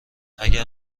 اگر